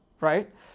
right